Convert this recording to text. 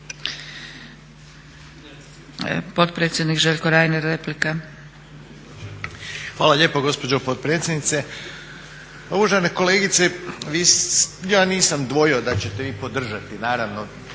Potpredsjednik Željko Reiner, replika.